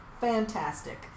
fantastic